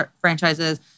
franchises